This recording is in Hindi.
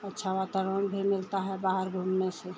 अच्छा वातावरण भी मिलता है बाहर घूमने से